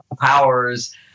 powers